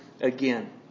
again